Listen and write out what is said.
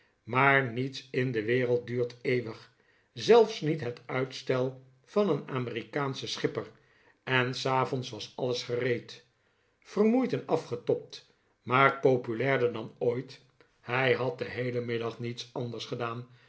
maar niets in de wereld duurt eeuwig zelfs niet het uitstel van een amerikaanschen schipper en s avonds was alles gereed vermoeid en afgetobd maar populairder dan ooit hij had den heelen middag niets anders gedaan